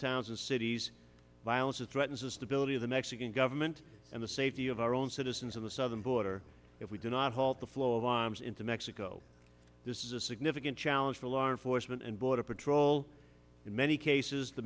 towns and cities violence is threatens the stability of the mexican government and the safety of our own citizens in the southern border if we do not halt the flow of arms into mexico this is a significant challenge for alarm foresman and border patrol in many cases the